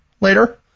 later